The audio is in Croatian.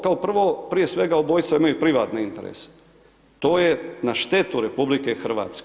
Kao prvo, prije svega obojica imaju privatne interese, to je na štetu RH.